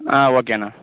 ஆ ஓகேண்ண